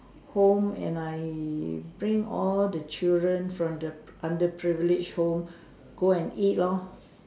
home and I bring all the children from the p~ underprivileged home go and eat lor